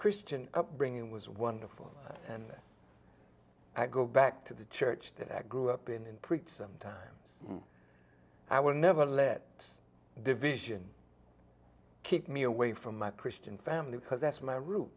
christian upbringing was wonderful and i go back to the church that i grew up in and preached sometimes i will never let division keep me away from my christian family because that's my roo